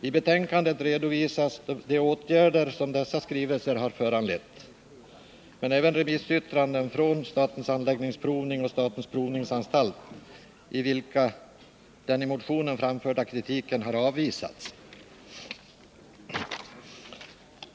I betänkandet redovisas de åtgärder som dessa skrivelser har föranlett men även remissyttranden från Statens Anläggningsprovning och statens provningsanstalt, i vilka den i motionen framförda kritiken har avvisats.